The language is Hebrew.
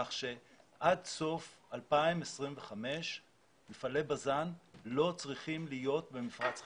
כך שעד סוף 2025 מפעלי בז"ן לא צריכים להיות במפרץ חיפה.